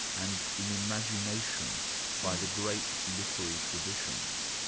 and in imagination by the great literary traditions.